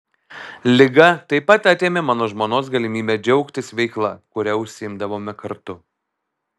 liga taip pat atėmė mano žmonos galimybę džiaugtis veikla kuria užsiimdavome kartu